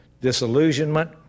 Disillusionment